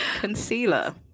concealer